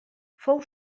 fou